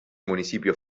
municipio